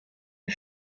the